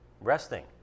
resting